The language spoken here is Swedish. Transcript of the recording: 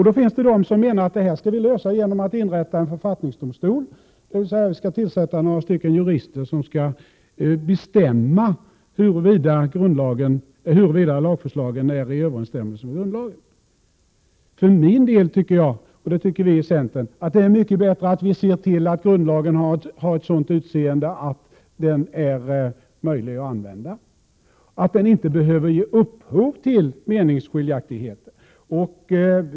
Det finns då de som menar att detta skall lösas genom att man inrättar en författningsdomstol, dvs. man skall tillsätta några jurister som skall bestämma huruvida lagförslagen är i överensstämmelse med grundlagen. Viicenterpartiet tycker att det är mycket bättre att vi ser till att grundlagen får ett sådant utseende att den är möjlig att använda och att den inte behöver ge upphov till meningsskiljaktigheter.